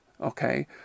okay